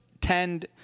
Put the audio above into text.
tend